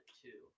two